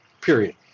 period